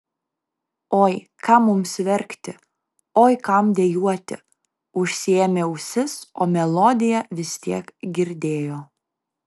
oi kam mums verkti oi kam dejuoti užsiėmė ausis o melodiją vis tiek girdėjo